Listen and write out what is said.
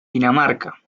dinamarca